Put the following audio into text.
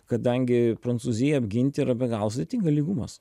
kadangi prancūziją apginti yra be galo sudėtinga lygumos